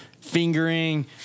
fingering